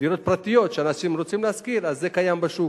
דירות פרטיות שאנשים רוצים להשכיר, זה קיים בשוק.